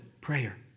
Prayer